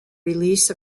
release